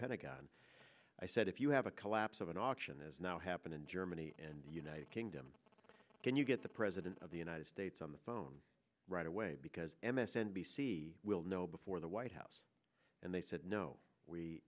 pentagon i said if you have a collapse of an option as now happened in germany and the united kingdom can you get the president of the united states on the phone right away because m s n b c will know before the white house and they said no we